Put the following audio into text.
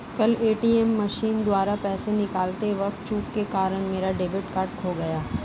कल ATM machine द्वारा पैसे निकालते वक़्त चूक के कारण मेरा डेबिट कार्ड खो गया